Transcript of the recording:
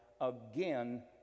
again